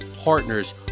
partners